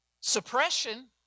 suppression